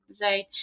Right